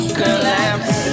collapse